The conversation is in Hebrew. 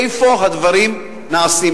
איפה הדברים נעשים.